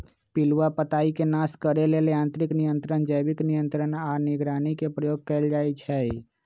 पिलुआ पताईके नाश करे लेल यांत्रिक नियंत्रण, जैविक नियंत्रण आऽ निगरानी के प्रयोग कएल जाइ छइ